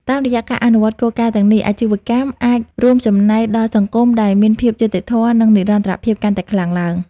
តាមរយៈការអនុវត្តគោលការណ៍ទាំងនេះ អាជីវកម្មអាចរួមចំណែកដល់សង្គមដែលមានភាពយុត្តិធម៌ និងនិរន្តរភាពកាន់តែខ្លាំងឡើង។